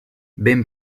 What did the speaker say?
ben